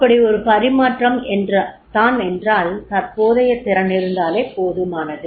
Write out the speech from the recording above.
அப்படி அது ஒரு பரிமாற்றம் தான் என்றால் தற்போதைய திறன் இருந்தாலே போதுமானது